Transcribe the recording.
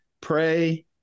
pray